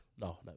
No